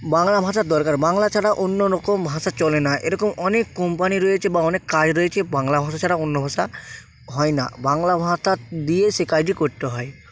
বাংলা ভাষার দরকার বাংলা ছাড়া অন্য রকম ভাষা চলে না এরকম অনেক কোম্পানি রয়েছে বা অনেক কাজ রয়েছে বাংলা ভাষা ছাড়া অন্য ভাষা হয় না বাংলা ভাতা দিয়ে সে কাজটি করতে হয়